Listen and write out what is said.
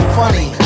funny